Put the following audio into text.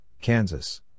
Kansas